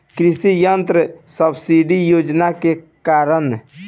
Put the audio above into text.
कृषि यंत्र सब्सिडी योजना के कारण?